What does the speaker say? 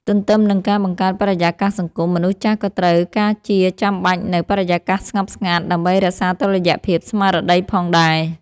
ទន្ទឹមនឹងការបង្កើតបរិយាកាសសង្គម មនុស្សចាស់ក៏ត្រូវការជាចាំបាច់នូវ បរិយាកាសស្ងប់ស្ងាត់ ដើម្បីរក្សាតុល្យភាពស្មារតីផងដែរ។